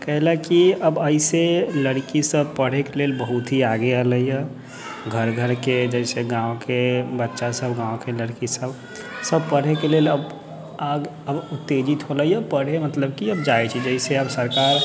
काहे लेकि अब एहिसे लड़की सब पढ़य के लेल बहुत ही आगे एलै हँ घर घर के जैसे गाँव के बच्चा सब गाँव के लड़की सब सब पढ़ै के लेल अब आगे उत्तेजित होलै हँ पढ़ै मतलब की अब जाइ छै जैसे अब सरकार